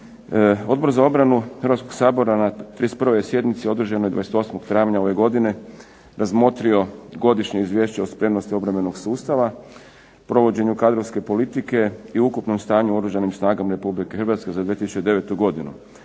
Odbor za obranu Hrvatskoga sabora je na 31. sjednici održanoj 28. travnja ove godine razmotrio Godišnje izvješće o spremnosti obrambenog sustava, provođenju kadrovske politike i ukupnom stanju u Oružanim snagama Republike Hrvatske za 2009. godinu,